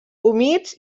humits